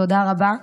תודה רבה,